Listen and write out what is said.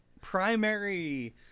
primary